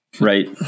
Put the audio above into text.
Right